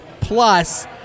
plus